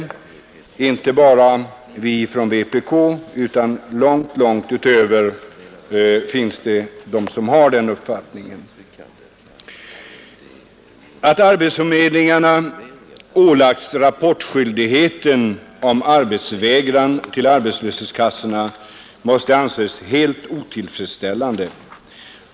Det är inte bara vi från vpk utan också andra långt utanför vår krets som har den uppfattningen. Att arbetsförmedlingarna ålagts rapportskyldighet om arbetsvägran till arbetslöshetskassorna måste anses som helt otillfredsställande.